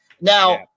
now